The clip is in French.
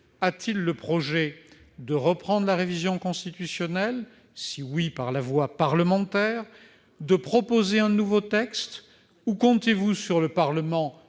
a-t-il le projet de reprendre la révision constitutionnelle ? Si oui, le fera-t-il par la voie parlementaire ? Proposerez-vous un nouveau texte ou comptez-vous sur le Parlement